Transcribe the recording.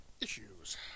issues